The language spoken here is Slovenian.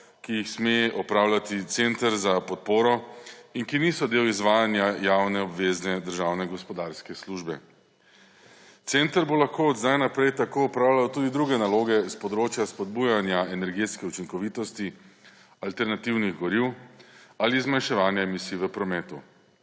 ki jih sme opravljati center za podporo in ki niso del izvajanja javne obvezne državne gospodarske službe. Center bo lahko od zdaj naprej tako opravljal tudi druge naloge iz področja spodbujanja energetske učinkovitosti alternativnih goriv ali zmanjševanja emisij v prometu.